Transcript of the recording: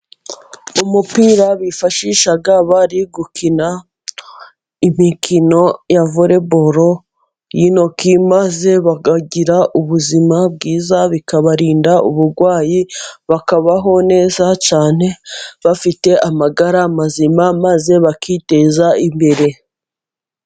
Umupira bifashisha bari gukina imikino ya vole bolo, y'intoki maze bakagira ubuzima bwiza, bikabarinda uburwayi bakabaho neza cyane, bafite amagara mazima maze bakiteza imbere.